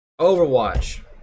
Overwatch